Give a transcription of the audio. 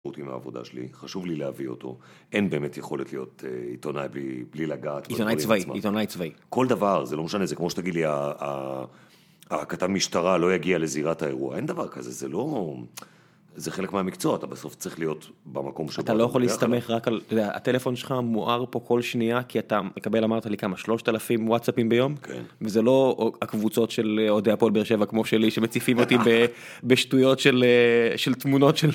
עם העבודה שלי, חשוב לי להביא אותו, אין באמת יכולת להיות עיתונאי בלי לגעת. עיתונאי צבאי, עיתונאי צבאי. כל דבר, זה לא משנה, זה כמו שאתה תגיד לי, הכתב משטרה לא יגיע לזירת האירוע, אין דבר כזה, זה לא... זה חלק מהמקצוע, אתה בסוף צריך להיות במקום שבו. אתה לא יכול להסתמך רק על, אתה יודע, הטלפון שלך מואר פה כל שנייה, כי אתה מקבל, אמרת לי כמה, 3,000 וואטסאפים ביום? כן. וזה לא הקבוצות של אוהדי הפועל באר שבע כמו שלי, שמציפים אותי בשטויות של תמונות של...